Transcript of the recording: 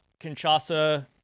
Kinshasa